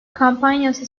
kampanyası